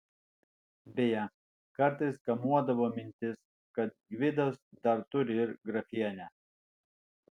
beje kartais kamuodavo mintis kad gvidas dar turi ir grafienę